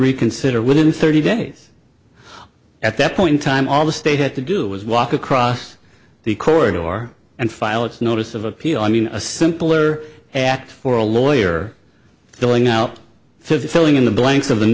reconsider within thirty days at that point time all the state had to do was walk across the court or and file its notice of appeal i mean a simpler act for a lawyer filling out filling in the blanks